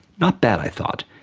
not bad i thought,